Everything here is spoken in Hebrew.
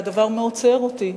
והדבר מאוד ציער אותי,